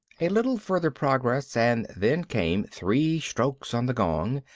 a little further progress, and then came three strokes on the gong,